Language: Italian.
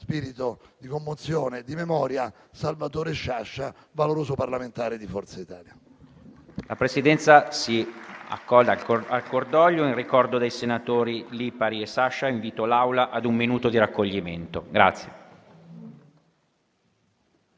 spirito di commozione e di memoria Salvatore Sciascia, valoroso parlamentare di Forza Italia.